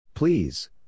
Please